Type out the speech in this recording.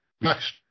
next